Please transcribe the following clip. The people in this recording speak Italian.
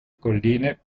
colline